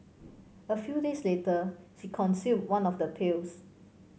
a few days later she consumed one of the pills